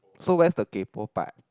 so where's the kaypoh part